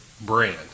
brand